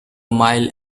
mile